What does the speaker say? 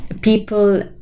people